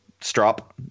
strop